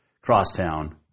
crosstown